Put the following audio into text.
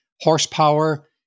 horsepower